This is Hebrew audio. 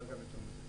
אבל גם יותר מזה.